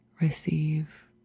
receive